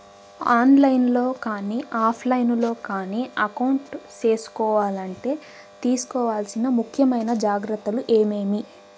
On line లో కానీ offline లో కానీ అకౌంట్ సేసుకోవాలంటే తీసుకోవాల్సిన ముఖ్యమైన జాగ్రత్తలు ఏమేమి?